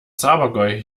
zabergäu